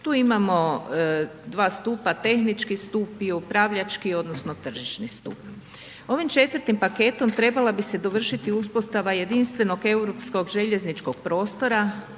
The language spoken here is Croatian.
Tu imamo dva stupa, tehnički stup i upravljački odnosno tržišni stup. Ovim 4. paketom trebala bi se dovršiti uspostava jedinstvenog europskog željezničkog prostora,